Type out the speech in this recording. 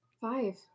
Five